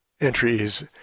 Entries